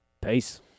peace